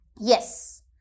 Yes